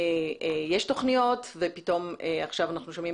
יש תכניות ופתאום עכשיו אנחנו שומעים